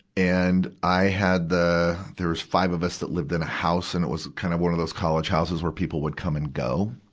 and i had the there was five of us that lived in the house, and it was kind of one of those college houses where people would come and go.